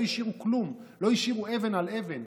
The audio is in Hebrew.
לא השאירו כלום, לא השאירו אבן על אבן.